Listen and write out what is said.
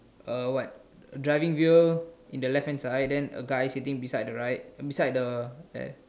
uh what driving wheel in the left hand side and a guy sitting beside the right beside the there